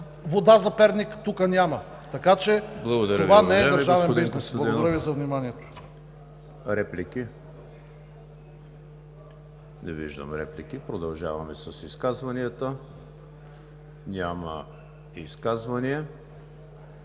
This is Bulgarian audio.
вода за Перник – тука няма! Така че това не е държавен бизнес. Благодаря Ви за вниманието.